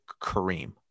Kareem